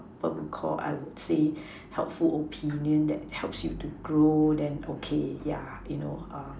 I would say helpful opinion that helps you to grow then okay yeah you know uh